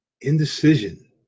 indecision